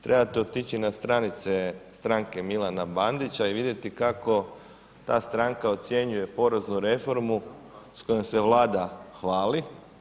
Trebate otići na stranice stranke Milana Bandića i vidjeti kako ta stranka ocjenjuje poreznu reformu, s kojom se vlada hvali.